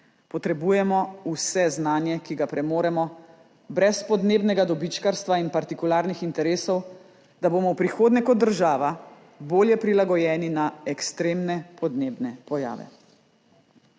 Potrebujemo vse znanje, ki ga premoremo, brez podnebnega dobičkarstva in partikularnih interesov, da bomo v prihodnje kot država bolje prilagojeni na ekstremne podnebne pojave.